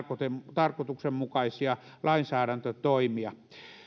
tarkoituksenmukaisia lainsäädäntötoimia